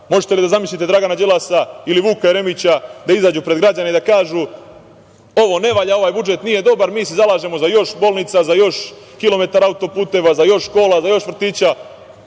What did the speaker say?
Možete li da zamislite Dragana Đilasa ili Vuka Jeremića da izađu pred građane i da kažu - ovo ne valja, ovaj budžet nije dobar, mi se zalažemo za još bolnica, za još kilometara auto-puteva, za još škola, za još vrtića.